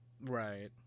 Right